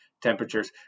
temperatures